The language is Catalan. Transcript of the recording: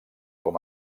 com